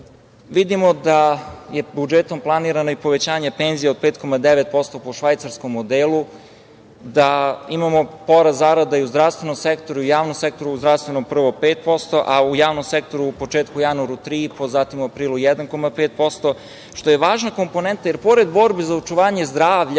da je budžetom planirano i povećanje penzija od 5,9% po švajcarskom modelu, da imamo porast zarada i u zdravstvenom sektoru i u javnom sektoru. U zdravstvenom sektoru prvo 5%, a u javnom sektoru u početku, u januaru, 3,5%, zatim u aprilu 1,5%, što je važna komponenta, jer pored borbe za očuvanje zdravlja